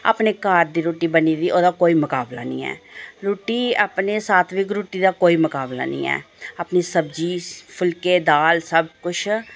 अपने घर दी रुट्टी बनी दी ओह्दा कोई मकाबला निं ऐ रुट्टी अपने सात्विक रुट्टी दा कोई मकाबला नेईं ऐ अपनी सब्जी फुल्के दाल सब किश